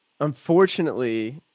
Unfortunately